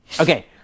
Okay